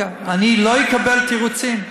אני לא אקבל תירוצים.